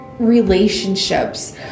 Relationships